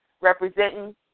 representing